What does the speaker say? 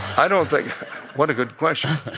i don't think what a good question